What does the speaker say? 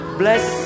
bless